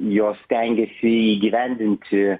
jos stengiasi įgyvendinti